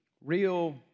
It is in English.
real